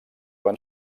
van